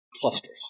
clusters